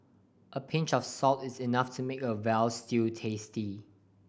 a pinch of salt is enough to make a veal stew tasty